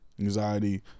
anxiety